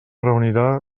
reunirà